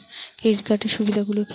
Credit কার্ডের সুবিধা গুলো কি?